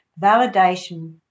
Validation